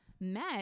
met